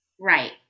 Right